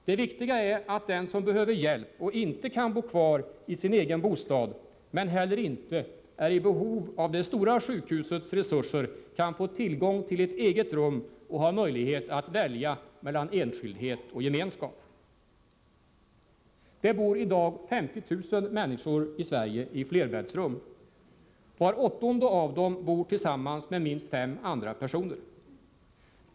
Det viktiga är att den som behöver hjälp och inte kan bo kvar i sin egen bostad men heller inte är i behov av det stora sjukhusets resurser kan få tillgång till ett eget rum och ha möjlighet att välja mellan enskildhet och gemenskap. Det bor i dag 50 000 människor i flerbäddsrum. Var åttonde av dem bor tillsammans med minst fem andra personer.